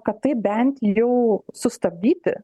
kad tai bent jau sustabdyti